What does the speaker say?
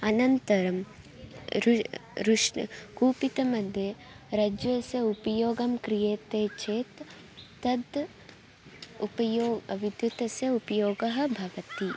अनन्तरं ऋ ऋष्न् कूपमध्ये रज्जुस्य उपयोगं क्रियते चेत् तद् उपयोगः विद्युतस्य उपयोगः भवति